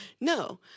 No